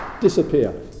disappear